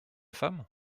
femme